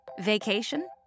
Vacation